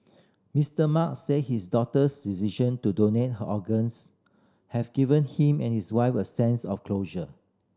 Mister Mark said his daughter's decision to donate her organs have given him and his wife a sense of closure